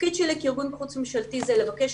התפקיד שלי כארגון חוץ-ממשלתי זה לבקש